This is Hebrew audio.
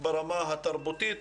וברמה התרבותית.